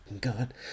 God